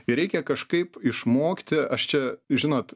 ir reikia kažkaip išmokti aš čia žinot